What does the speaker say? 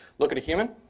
look at human.